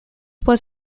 was